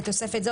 בתוספת זו,